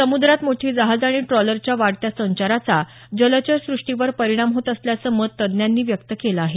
समुद्रात मोठी जहाजं आणि ट्रॉलरच्या वाढत्या संचाराचा जलचर सृष्टीवर परिणाम होत असल्याचं मत तज्ज्ञांनी व्यक्त केलं आहे